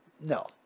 no